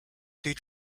sieht